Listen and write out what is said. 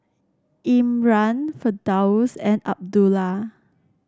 Imran Firdaus and Abdullah